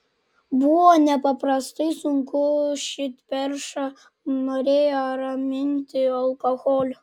buvo nepaprastai sunku širdperšą norėjo raminti alkoholiu